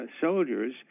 soldiers